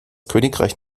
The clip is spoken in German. königreich